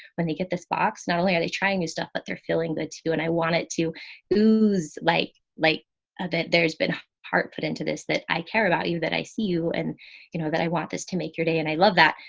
when they get this box, not only are they trying and stuff, but they're feeling good too. and i want it to ooze like, like ah that, there's been part put into this, that i care about you, that i see you and you know that i want this to make your day. and i love that.